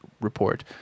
report